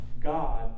God